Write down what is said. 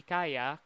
Kaya